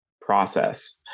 process